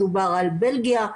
מדובר על בלגיה,